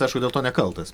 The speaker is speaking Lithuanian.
aišku dėl to nekaltas